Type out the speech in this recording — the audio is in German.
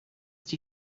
die